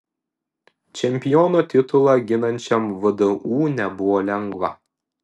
čempiono titulą ginančiam vdu nebuvo lengva